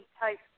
type